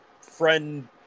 friend